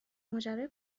ماجرای